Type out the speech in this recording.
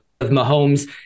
Mahomes